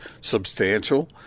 substantial